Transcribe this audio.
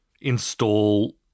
install